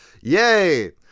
yay